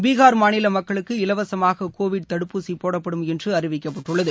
பீகார் மாநில மக்களுக்கு இலவசமாக கோவிட் தடுப்பூசி போடப்படும் என்று அறிவிக்கப்பட்டுள்ளது